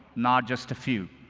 not just a few.